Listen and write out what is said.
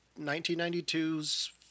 1992's